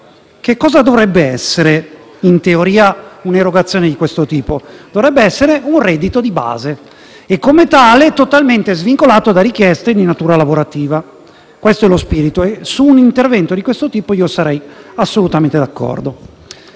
Detto questo, un'erogazione di questo tipo dovrebbe essere in teoria un reddito di base e, come tale, totalmente svincolato da richieste di natura lavorativa. Questo è lo spirito e su un intervento di questo tipo sarei assolutamente d'accordo.